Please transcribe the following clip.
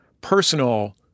personal